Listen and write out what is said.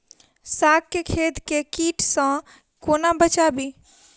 साग केँ खेत केँ कीट सऽ कोना बचाबी?